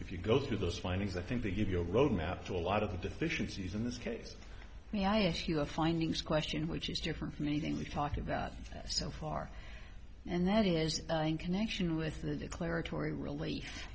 if you go through those findings i think they give you a roadmap to a lot of the deficiencies in this case if you're findings question which is different from anything we've talked about so far and that is the connection with the declaratory relief